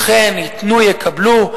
אכן ייתנו, יקבלו.